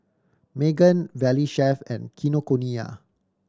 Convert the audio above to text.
Megan Valley Chef and Kinokuniya